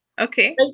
Okay